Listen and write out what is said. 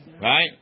right